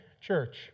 Church